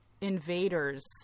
invaders